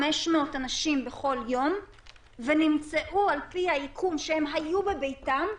500 אנשים בכל יום ויום נמצאו על פי האיכון שהם היו בביתם,